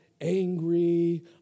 angry